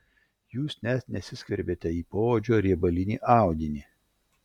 jūs net nesiskverbėte į poodžio riebalinį audinį